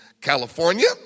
California